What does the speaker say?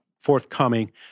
forthcoming